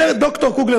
אומר ד"ר קוגל,